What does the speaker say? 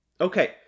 Okay